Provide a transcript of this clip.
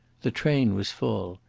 the train was full.